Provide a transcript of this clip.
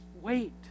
wait